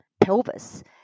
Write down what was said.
pelvis